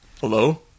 Hello